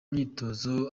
myitozo